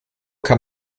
kann